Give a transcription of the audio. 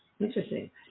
Interesting